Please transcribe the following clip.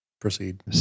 Proceed